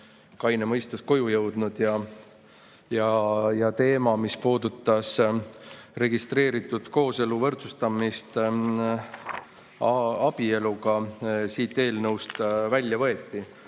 kaine mõistus koju jõudnud ja teema, mis puudutas registreeritud kooselu võrdsustamist abieluga, on siit eelnõust välja võetud.